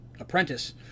Apprentice